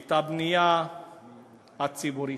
את הבנייה הציבורית.